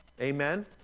Amen